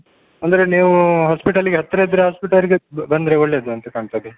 ಅಂದರೆ ನೀವು ಹಾಸ್ಪಿಟಲ್ಲಿಗೆ ಹತ್ತಿರ ಇದ್ದರೆ ಹಾಸ್ಪಿಟಲ್ಗೆ ಬಂದರೆ ಒಳ್ಳೆಯದು ಅಂತ ಕಾಣ್ತದೆ